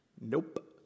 Nope